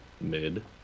mid